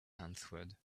answered